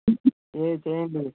ఓకేండీ